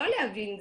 לא להבין,